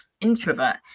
introvert